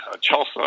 Chelsea